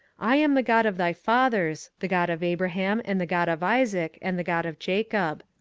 i am the god of thy fathers, the god of abraham, and the god of isaac, and the god of jacob.